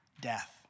death